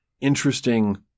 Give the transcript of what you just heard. interesting